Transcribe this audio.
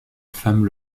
femme